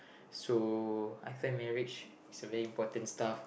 so after marriage it's a very important stuff